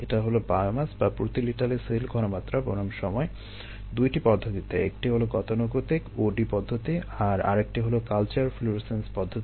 এটা হলো বায়োমাস বা প্রতি লিটারে সেল ঘনমাত্রা বনাম সময় দুইটি পদ্ধতিতে একটি হলো গতানুগতিক O D পদ্ধতি আর আরেকটি হলো কালচার ফ্লুরোসেন্স পদ্ধতি